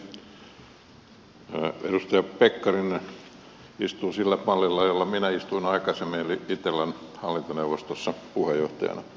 edustaja pekkarinen istuu sillä pallilla jolla minä istuin aikaisemmin eli itellan hallintoneuvostossa puheenjohtajana